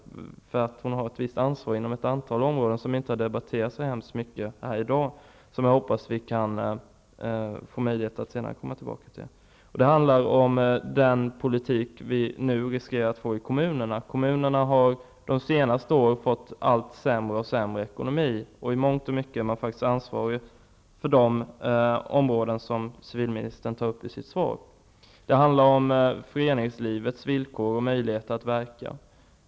Hon har ett visst ansvar inom ett antal områden som inte har debatterats så mycket här i dag. Jag hoppas att vi senare får möjlighet att återkomma till dem. Det handlar om den politik vi nu riskerar att få i kommunerna. Kommunerna har under de senaste åren fått allt sämre ekonomi. I mångt och mycket är de faktiskt ansvariga för de områden som civilministern tar upp i sitt svar. Det handlar om föreningslivets villkor och möjligheter att verka.